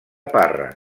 parra